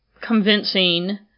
convincing